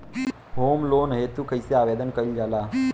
Home loan हेतु कइसे आवेदन कइल जाला?